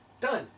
Done